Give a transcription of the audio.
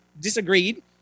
disagreed